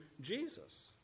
Jesus